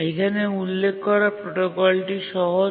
এখানে উল্লেখ করা প্রোটোকলটি সহজ